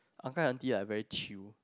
uncle and auntie like very chill